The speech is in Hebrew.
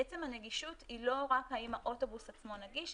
הנגישות היא לא רק האם האוטובוס עצמו נגיש,